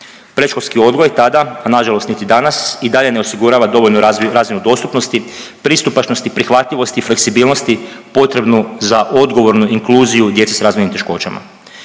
Predškolski odgoj tada, a nažalost niti danas i dalje ne osigurava dovoljnu razinu dostupnosti, pristupačnosti, prihvatljivosti, fleksibilnosti potrebnu za odgovornu inkluziju djece s razvojnim teškoćama.